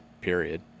period